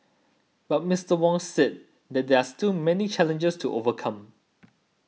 but Mister Wong said that there are still many challenges to overcome